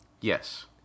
Yes